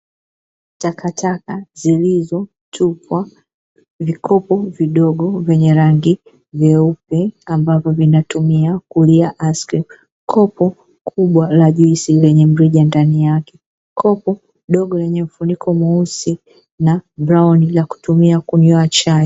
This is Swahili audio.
Takataka zilizotupwa, vikopo vidogo vyenye rangi nyeupe, ambapo vinatumika kulia aiskrimu, kopo kubwa la juisi lenye mrija ndani yake, kopo dogo lenye mfuniko mweusi na brauli la kutumia kunywa chai.